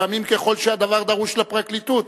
לפעמים ככל שהדבר דרוש לפרקליטות,